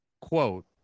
quote